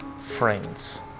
friends